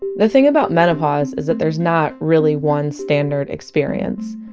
the thing about menopause is that there's not really one standard experience.